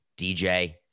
DJ